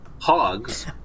hogs